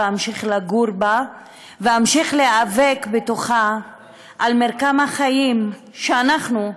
ואמשיך לגור בה ואמשיך להיאבק בתוכה על מרקם החיים שאנחנו,